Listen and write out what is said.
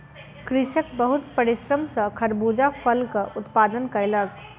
कृषक बहुत परिश्रम सॅ खरबूजा फलक उत्पादन कयलक